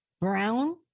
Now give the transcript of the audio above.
brown